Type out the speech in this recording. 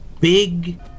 big